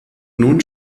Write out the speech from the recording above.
nun